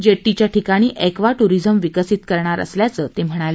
जेट्टीच्या ठिकाणी aqua tourism विकसित करण्यात येणार असल्याचे ते म्हणाले